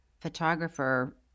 photographer